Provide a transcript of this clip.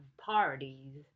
parties